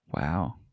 Wow